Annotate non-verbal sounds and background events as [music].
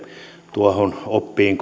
tuohon oppiin [unintelligible]